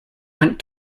went